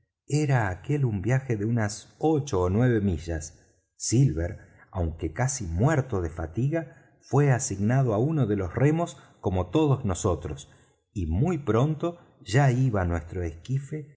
era aquel un viaje de unas ocho ó nueve millas silver aunque casi muerto de fatiga fué asignado á uno de los remos como todos nosotros y muy pronto ya iba nuestro esquife